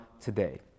today